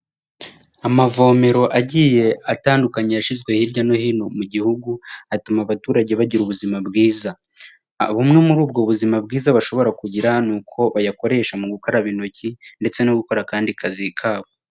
Amavomero agiye atandukanye yashyizwe hirya no hino mu gihugu, atuma abaturage bagira ubuzima bwiza. Bumwe muri ubwo buzima bwiza bashobora kugira, ni uko bayakoresha mu gukaraba intoki ndetse no gukora akandi kazi kabo.